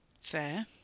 Fair